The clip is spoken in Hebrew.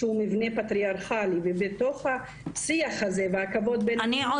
שהוא מבנה פטריארכלי ובתוך השיח הזה והכבוד- -- אני לא